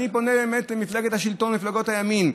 אני פונה באמת למפלגת השלטון ולמפלגות הימין: